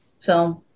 film